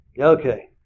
Okay